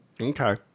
Okay